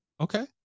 Okay